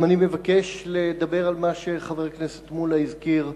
גם אני מבקש לדבר על מה שחבר הכנסת מולה הזכיר,